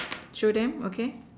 show them okay